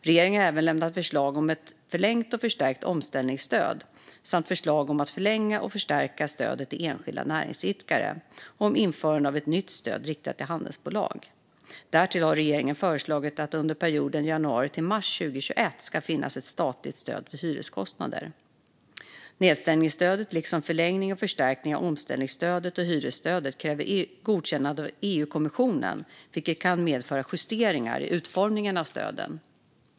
Regeringen har även lämnat förslag om ett förlängt och förstärkt omställningsstöd samt förslag om att förlänga och förstärka stödet till enskilda näringsidkare och om införande av ett nytt stöd riktat till handelsbolag. Därtill har regeringen föreslagit att det under perioden januari-mars 2021 ska finnas ett statligt stöd för hyreskostnader. Nedstängningsstödet, liksom förlängningen och förstärkningen av omställningsstödet och hyresstödet, kräver godkännande av EU-kommissionen, vilket kan medföra justeringar i utformningen av stöden.